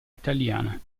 italiana